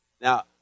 Now